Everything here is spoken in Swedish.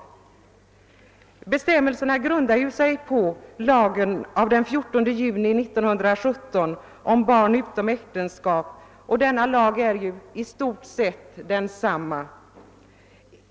Bestämmelserna grundar sig på lagen av den 14 juni 1917 om barn utom äktenskap, och denna lag är i stort sett oförändrad.